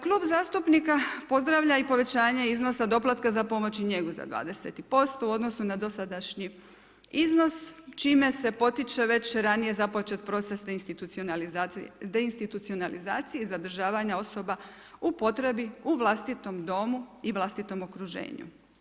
Klub zastupnika pozdravlja i povećanje iznosa doplatka za pomoć i njegu za 20% u odnosu na dosadašnji iznos čime se potiče već ranije započet proces deinstitucionalizacije i zadržavanja osoba u potrebi u vlastitom domu i vlastitom okruženju.